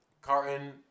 Carton